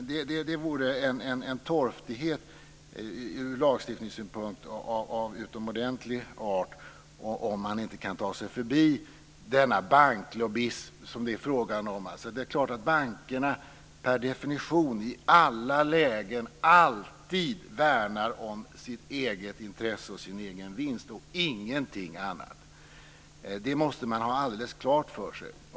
Det vore alltså en torftighet ur lagstiftningssynpunkt av utomordentlig art om man inte kan ta sig förbi den banklobbyism som det ju är fråga om. Det är klart att bankerna per definition i alla lägen alltid värnar sitt eget intresse och sin egen vinst, och ingenting annat. Det måste man ha alldeles klart för sig.